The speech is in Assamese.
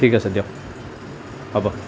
ঠিক আছে দিয়ক হ'ব